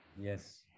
yes